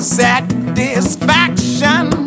satisfaction